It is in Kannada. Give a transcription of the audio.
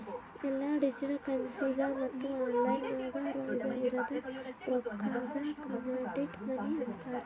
ಎಲ್ಲಾ ಡಿಜಿಟಲ್ ಕರೆನ್ಸಿಗ ಮತ್ತ ಆನ್ಲೈನ್ ನಾಗ್ ಇರದ್ ರೊಕ್ಕಾಗ ಕಮಾಡಿಟಿ ಮನಿ ಅಂತಾರ್